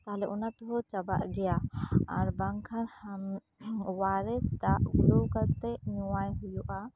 ᱛᱟᱦᱞᱮ ᱚᱱᱟ ᱛᱮᱦᱚᱸ ᱪᱟᱵᱟᱜ ᱜᱮᱭᱟᱟᱨ ᱵᱟᱝᱠᱷᱟᱱ ᱳᱣᱟᱨᱤᱥ ᱫᱟᱜ ᱜᱩᱞᱟᱹᱣ ᱠᱟᱛᱮᱜ ᱧᱩᱣᱟᱭ ᱦᱩᱭᱩᱜᱼᱟ